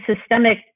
systemic